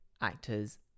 actors